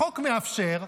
החוק מאפשר,